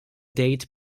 date